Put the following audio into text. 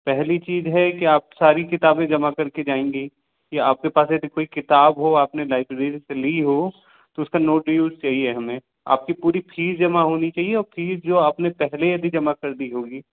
पहली चीज़ है की आप सारी किताबें जमा कर के जाएंगी की आपके पास ऐसी कोई किताब हो आपने लाइब्रेरी से ली हो तो उसका नो ड्यूज चाहिए हमें आपकी पूरी फ़ीस जमा होनी चाहिए और फ़ीस जो आपने पहले यदि जमा कर दी होगी